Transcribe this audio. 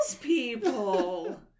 people